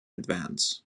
advance